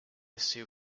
sue